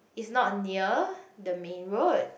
is not near the main road